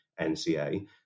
NCA